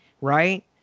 right